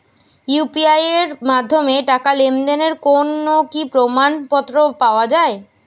UPI এর মাধ্যমে টাকা লেনদেনের কোন কি প্রমাণপত্র পাওয়া য়ায়?